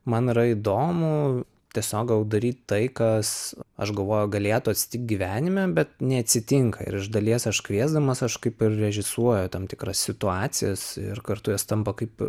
man yra įdomu tiesiog gal daryt tai kas aš galvoju galėtų atsitikt gyvenime bet neatsitinka ir iš dalies aš kviesdamas aš kaip ir režisuoju tam tikras situacijas ir kartu jos tampa kaip ir